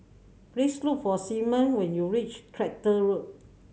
please look for Simeon when you reach Tractor Road